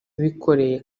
bikoreye